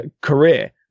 career